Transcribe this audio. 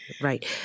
Right